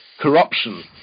corruption